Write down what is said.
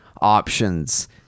options